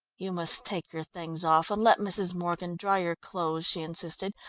you must take your things off and let mrs. morgan dry your clothes, she insisted,